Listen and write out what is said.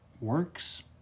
works